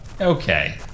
okay